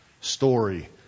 story